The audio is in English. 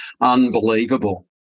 unbelievable